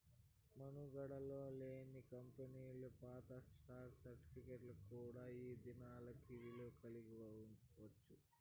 మనుగడలో లేని కంపెనీలు పాత స్టాక్ సర్టిఫికేట్ కూడా ఈ దినానికి ఇలువ కలిగి ఉండచ్చు